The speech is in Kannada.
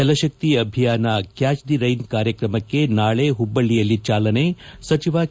Jal Shakti Abhiyan catch the rain ಕಾರ್ಯತ್ರಮಕ್ಕೆ ನಾಳೆ ಹುಬ್ಬಳ್ಳಿಯಲ್ಲಿ ಚಾಲನೆ ಸಚಿವ ಕೆ